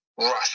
rush